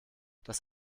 das